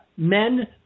Men